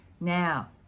Now